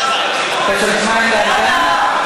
צריך מים להרגעה?